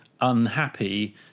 unhappy